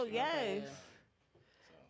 yes